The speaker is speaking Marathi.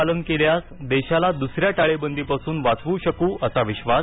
पालन केल्यास देशाला दुसऱ्या टाळेबंदीपासून वाचवू शकू असा विश्वास